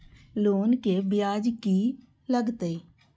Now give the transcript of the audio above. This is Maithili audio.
लोन के ब्याज की लागते?